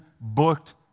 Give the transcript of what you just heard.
booked